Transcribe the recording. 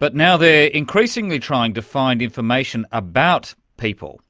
but now they are increasingly trying to find information about people